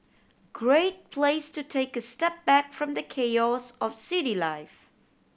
great place to take a step back from the chaos of city life